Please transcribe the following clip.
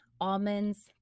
almonds